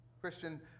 Christian